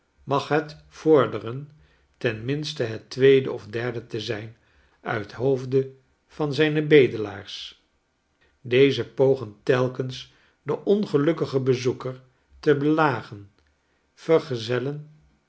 mag het vorderen ten minste het tweede of derde te zijn uit hoofde van zijne bedelaars deze pogen telkens den ongelukkigen bezoeker te belagen vergezellen